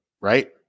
right